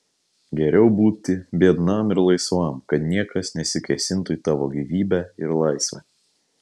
geriau būti biednam ir laisvam kad niekas nesikėsintų į tavo gyvybę ir laisvę